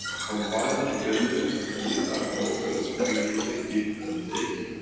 combine together, and, in that process, create a give and take,